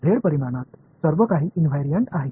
Z परिमाणात सर्व काही इन्व्यरिएंट आहे